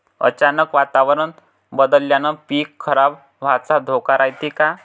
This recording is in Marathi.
अचानक वातावरण बदलल्यानं पीक खराब व्हाचा धोका रायते का?